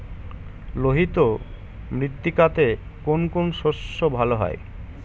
লোহিত মৃত্তিকাতে কোন কোন শস্য ভালো হয়?